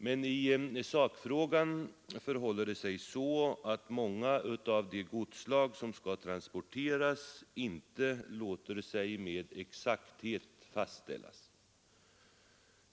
Men i sakfrågan förhåller det sig så att vikten på många av de godsslag som skall transporteras icke låter sig med exakthet fastställas.